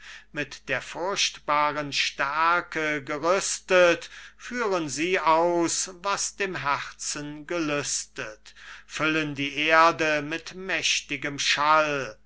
mit der furchtbaren stärke gerüstet führen sie aus was dem herzen gelüstet füllen die erde mit mächtigem schall